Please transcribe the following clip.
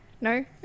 No